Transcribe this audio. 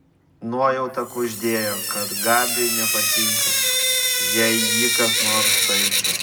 nuojauta kuždėjo kad gabiui nepatinka jei jį kas nors taiso